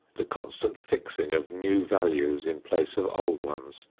the constant fixing of new values in place of old ones,